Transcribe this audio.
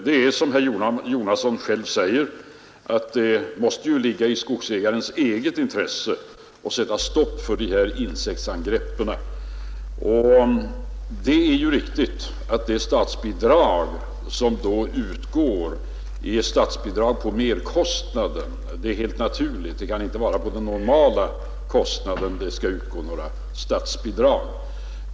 Det måste som herr Jonasson själv säger ligga i skogsägarens eget intresse att sätta stopp för dessa insekters angrepp. Det är riktigt att det statsbidrag som då utgår är statsbidrag på merkostnaden. Det är helt naturligt; det kan inte vara på den normala kostnaden som det skall utgå något statsbidrag.